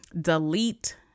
Delete